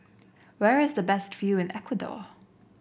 where is the best view in Ecuador